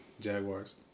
Jaguars